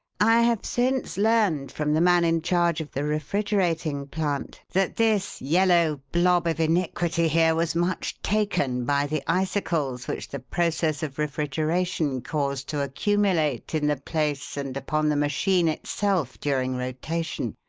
i have since learned from the man in charge of the refrigerating plant that this yellow blob of iniquity here was much taken by the icicles which the process of refrigeration caused to accumulate in the place and upon the machine itself during rotation,